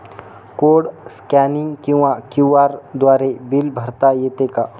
Code scanning किंवा QR द्वारे bill भरता येते का?